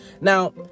now